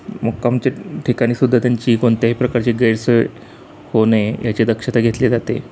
मुक्कामच्या ठिकाणीसुद्धा त्यांची कोणत्याही प्रकारची गैरसोय होणे याचे दक्षता घेतली जाते